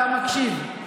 אתה מקשיב,